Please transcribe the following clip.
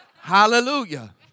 Hallelujah